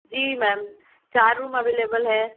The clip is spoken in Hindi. जी मैम चार रूम अवेलेबल है